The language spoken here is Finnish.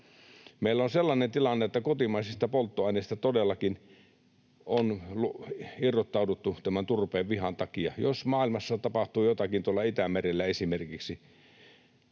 Meillä on sellainen tilanne, että kotimaisista polttoaineista todellakin on irrottauduttu turpeen vihan takia. Jos maailmassa tapahtuu jotakin tuolla Itämerellä esimerkiksi,